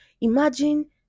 Imagine